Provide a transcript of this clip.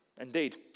Indeed